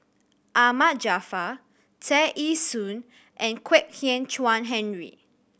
Ahmad Jaafar Tear Ee Soon and Kwek Hian Chuan Henry